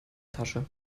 tasche